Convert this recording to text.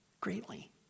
greatly